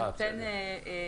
בסדר.